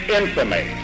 infamy